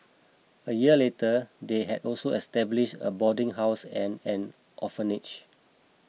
a year later they had also established a boarding house and an orphanage